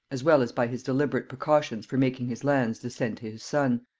as well as by his deliberate precautions for making his lands descend to his son,